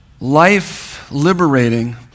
life-liberating